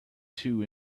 two